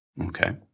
Okay